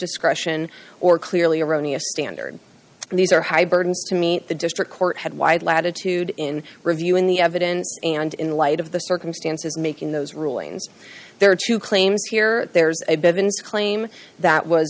discretion or clearly erroneous standard and these are high burden to meet the district court had wide latitude in reviewing the evidence and in light of the circumstances making those rulings there are two claims here there's a bevins claim that was